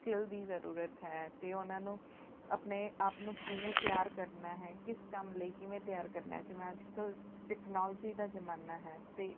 skill ਦੀ ਜ਼ਰੂਰਤ ਹੈ ਅਤੇ ਉਹਨਾਂ ਨੂੰ ਆਪਣੇ ਆਪ ਨੂੰ ਕਿਵੇਂ ਤਿਆਰ ਕਰਨਾ ਹੈ ਕਿਸ ਕੰਮ ਲਈ ਕਿਵੇਂ ਤਿਆਰ ਕਰਨਾ ਜਿਵੇਂ ਅੱਜ ਕੱਲ੍ਹ ਚਕਨੋਲਜੀ ਦਾ ਜ਼ਮਾਨਾ ਹੈ ਅਤੇ